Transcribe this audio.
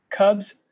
Cubs